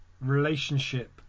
relationship